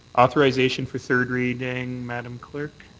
authorization for third reading, madame clerk.